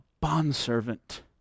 bondservant